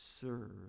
serve